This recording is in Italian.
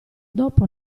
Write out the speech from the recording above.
dopo